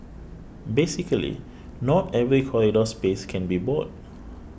basically not every corridor space can be bought